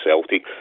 Celtic